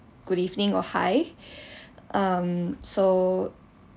good evening or hi um so